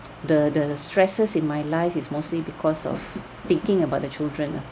the the stresses in my life is mostly because of thinking about the children lah